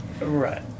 Right